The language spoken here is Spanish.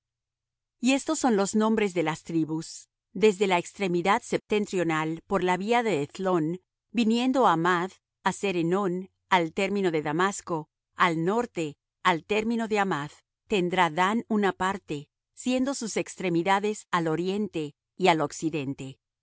y estos son los nombres de las tribus desde la extremidad septentrional por la vía de hethlon viniendo á hamath haser enon al término de damasco al norte al término de hamath tendrá dan una parte siendo sus extremidades al oriente y al occidente y